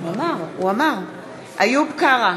איוב קרא,